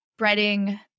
Spreading